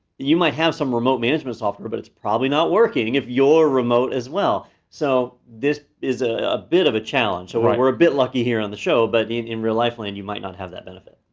you might have some remote management software but it's probably not working if you're remote as well. so this is ah a bit of a challenge. so we're and we're a bit lucky here on the show but in in real life, lane, and you might not have that benefit.